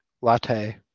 latte